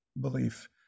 belief